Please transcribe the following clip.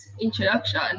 introduction